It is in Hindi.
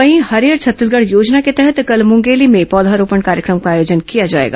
वहीं हरियर छत्तीसगढ़ योजना के तहत कल मुंगेली में पौधारोपण कार्यक्रम का आयोजन किया जाएगा